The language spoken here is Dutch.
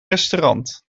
restaurant